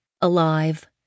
alive